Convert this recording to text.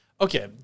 okay